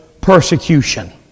persecution